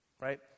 Right